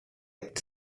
estate